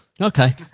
Okay